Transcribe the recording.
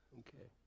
okay